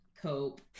cope